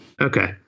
okay